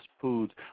foods